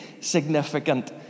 significant